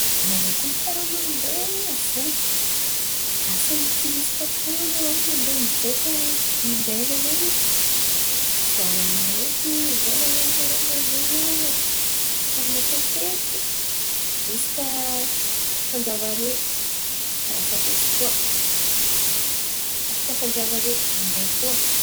Anarô kony karà mandeha fo. Asa ino risiky ataônarô mandeha miboaka ambelany an̈y? Sôra maro eky vôla lany narô aminany zen̈y io e. Karà matetetiky isaka fanjava rôe, karà fa lôso koa, afaka fanjava rôe mandeha koa.